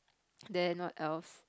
then what else